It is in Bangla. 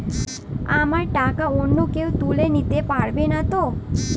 আমার টাকা অন্য কেউ তুলে নিতে পারবে নাতো?